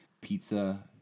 Pizza